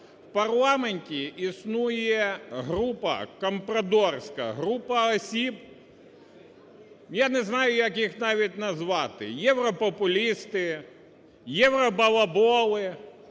У парламенті існує група, компрадорська група осіб… я не знаю, як їх навіть назвати: європопулісти, євробалаболи,